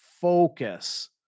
focus